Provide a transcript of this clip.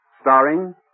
starring